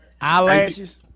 Eyelashes